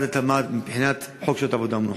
התמ"ת בבחינת חוק שעות עבודה ומנוחה.